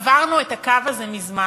עברנו את הקו הזה מזמן.